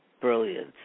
brilliant